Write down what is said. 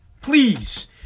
Please